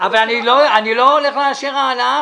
אני לא הולך לאשר עכשיו העלאה,